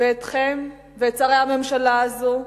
ואתכם ואת שרי הממשלה הזאת: